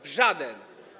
W żaden.